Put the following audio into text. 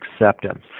acceptance